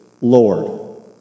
lord